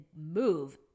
move